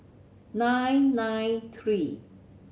nine nine three